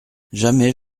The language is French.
jamais